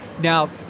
Now